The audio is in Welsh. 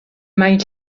maint